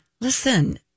Listen